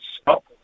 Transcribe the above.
stop